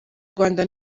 rwanda